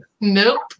Nope